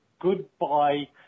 Goodbye